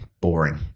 boring